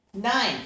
Nine